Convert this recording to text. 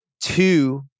two